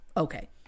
Okay